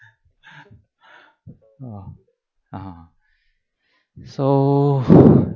oh (uh huh) so